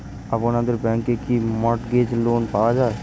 আপনাদের ব্যাংকে কি মর্টগেজ লোন পাওয়া যায়?